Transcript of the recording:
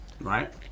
Right